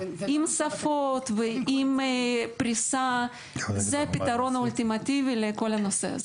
עם שפות ועם פריסה זה הפתרון האולטימטיבי לכל הנושא הזה.